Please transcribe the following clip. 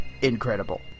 incredible